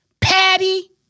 Patty